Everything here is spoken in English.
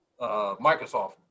Microsoft